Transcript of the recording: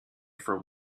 for